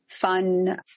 fun